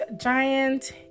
Giant